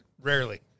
rarely